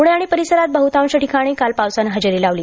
पणे आणि परिसरांत बहतांश ठिकाणी काल पावसानं हजेरी लावली